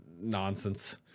nonsense